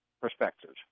perspectives